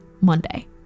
Monday